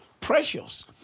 precious